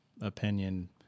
opinion